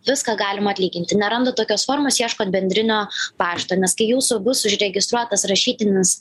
viską galima atlyginti nerandat tokios formos ieškot bendrinio pašto nes kai jūsų bus užregistruotas rašytinis